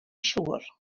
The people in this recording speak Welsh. siŵr